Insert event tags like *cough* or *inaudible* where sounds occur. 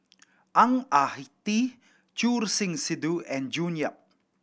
Ang Ah *noise* Tee Choor Singh Sidhu and June Yap